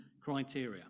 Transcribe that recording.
criteria